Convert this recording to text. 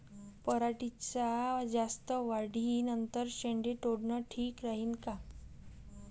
पराटीच्या जास्त वाढी नंतर शेंडे तोडनं ठीक राहीन का?